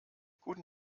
guten